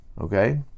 Okay